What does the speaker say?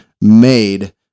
made